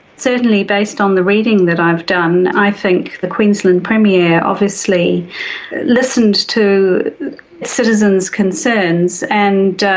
certainly based on the reading that i've done, i think the queensland premier obviously listened to citizens' concerns and